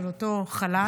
של אותו חלל,